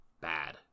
bad